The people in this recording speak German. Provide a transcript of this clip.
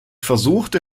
versuchte